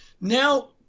Now